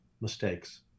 mistakes